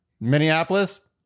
Minneapolis